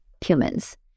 humans